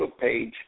page